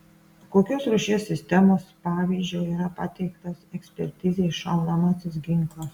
kokios rūšies sistemos pavyzdžio yra pateiktas ekspertizei šaunamasis ginklas